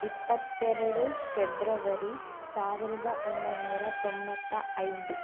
ಇಪ್ಪತ್ತೆರಡು ಫೆಬ್ರವರಿ ಸಾವಿರದ ಒಂಬೈನೂರ ತೊಂಬತ್ತ ಐದು